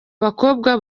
bakobwa